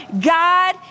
God